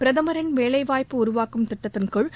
பிரதமரின் வேலைவாய்ப்பு உருவாக்கும் திட்டத்தின்கீழ்